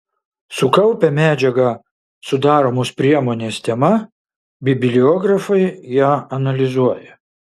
sukaupę medžiagą sudaromos priemonės tema bibliografai ją analizuoja